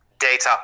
data